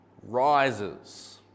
rises